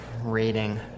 rating